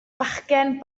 fachgen